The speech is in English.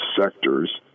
sectors